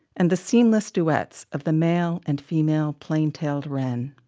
and the seamless duets of the male and female plain-tailed wren.